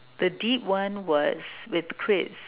the deep one was with Chris